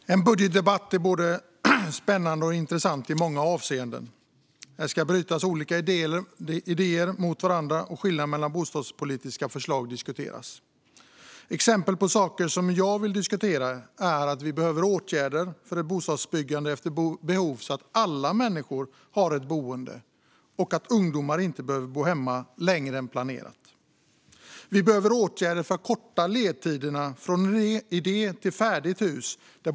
Fru talman! En budgetdebatt är både spännande och intressant i många avseenden. Där ska olika idéer brytas mot varandra och skillnaden mellan bostadspolitiska förslag diskuteras. Exempel på saker som jag vill diskutera är att vi behöver åtgärder för ett bostadsbyggande efter behov, så att alla människor har ett boende och ungdomar inte behöver bo hemma längre än planerat. Vi behöver åtgärder för att korta ledtiderna från idé till färdigt hus.